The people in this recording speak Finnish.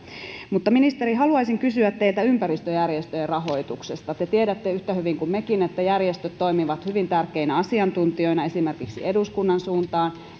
mutta ministeri haluaisin kysyä teiltä ympäristöjärjestöjen rahoituksesta te tiedätte yhtä hyvin kuin mekin että järjestöt toimivat hyvin tärkeinä asiantuntijoina esimerkiksi eduskunnan suuntaan